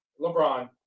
LeBron